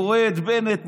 הוא רואה את בנט,